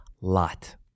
lot